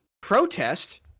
protest